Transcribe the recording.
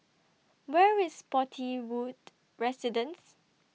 Where IS Spottiswoode Residences